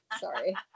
Sorry